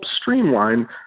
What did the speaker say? streamline